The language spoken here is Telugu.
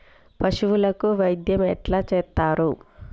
పశువులకు వైద్యం ఎట్లా చేత్తరు?